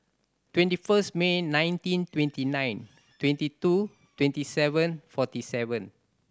twenty first May nineteen twenty nine twenty two twenty seven forty seven